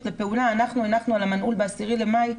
לפעולה אנחנו הנחנו על המנעול ב-10 במאי,